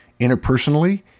Interpersonally